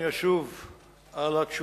אני אשוב לתשובות.